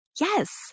yes